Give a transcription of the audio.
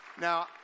Now